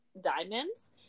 diamonds